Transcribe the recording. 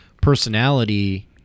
personality